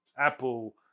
Apple